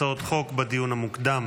הצעות חוק בדיון המוקדם.